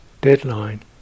deadline